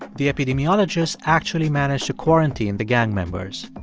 the epidemiologists actually managed to quarantine the gang members.